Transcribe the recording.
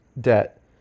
debt